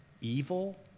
evil